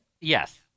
Yes